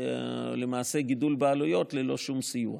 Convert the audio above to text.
למעשה גידול בעלויות ללא שום סיוע.